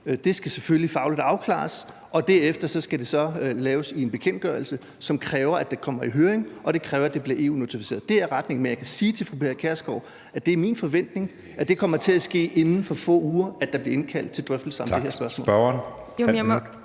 Det skal selvfølgelig fagligt afklares, og derefter skal det så laves i en bekendtgørelse; det kræver, at det kommer i høring, og det kræver, at det bliver EU-notificeret. Det er retningen. Men jeg kan sige til fru Pia Kjærsgaard, at det er min forventning, at det kommer til at ske inden for få uger, at der bliver indkaldt til drøftelser om det her spørgsmål.